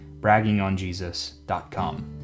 braggingonjesus.com